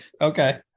Okay